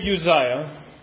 Uzziah